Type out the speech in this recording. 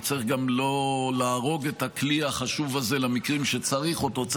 כי צריך גם לא להרוג את הכלי החשוב הזה למקרים שצריך אותו.